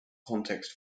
context